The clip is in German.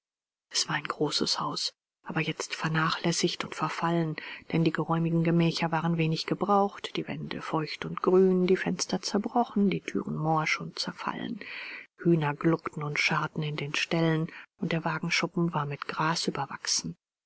es war ein großes haus aber jetzt vernachlässigt und verfallen denn die geräumigen gemächer waren wenig gebraucht die wände feucht und grün die fenster zerbrochen die thüren morsch und zerfallen hühner gluckten und scharrten in den ställen und der wagenschuppen war mit gras überwachsen